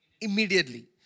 Immediately